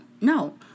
no